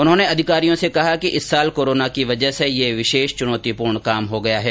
उन्होंने अधिकारियों से कहा कि इस साल कोरोना की वजह से यह विशेष चुनौतीपूर्ण काम हो गया है